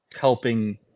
helping